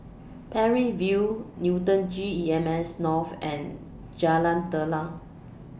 Parry View Newton G E M S North and Jalan Telang